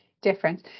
difference